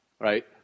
right